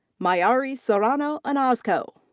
mayari serrano anazco.